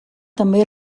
també